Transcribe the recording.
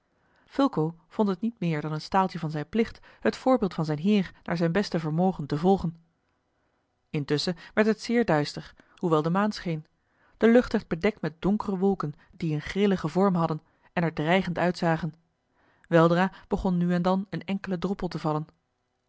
vond het niet meer dan een staaltje van zijn plicht het voorbeeld van zijn heer naar zijn beste vermogen te volgen intusschen werd het zeer duister hoewel de maan scheen de lucht werd bedekt met donkere wolken die een grilligen vorm hadden en er dreigend uitzagen weldra begon nu en dan een enkele droppel te vallen